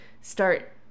start